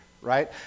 Right